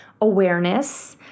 awareness